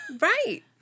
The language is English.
Right